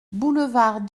boulevard